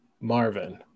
Marvin